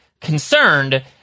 concerned